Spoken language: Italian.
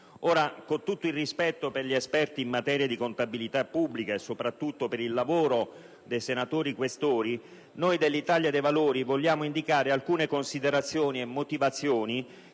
Con tutto il rispetto per gli esperti in materia di contabilità pubblica e soprattutto per il lavoro dei senatori Questori, noi dell'Italia dei Valori vogliamo indicare alcune considerazioni e motivazioni